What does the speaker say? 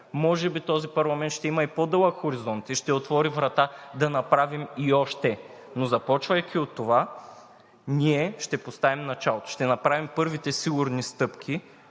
може би този парламент ще има и по-дълъг хоризонт и ще отвори врата да направим и още, но започвайки от това, ние ще поставим началото, ще направим първите сигурни стъпки.